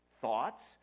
thoughts